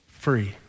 Free